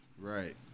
Right